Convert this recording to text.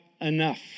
enough